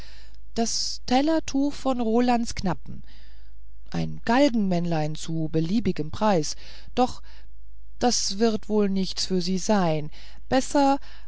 das tellertuch von rolands knappen ein galgenmännlein zu beliebigem preis doch das wird wohl nichts für sie sein besser